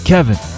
Kevin